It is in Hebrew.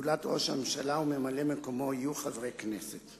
זולת ראש הממשלה וממלא-מקומו, יהיו חברי כנסת.